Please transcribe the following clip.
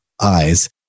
eyes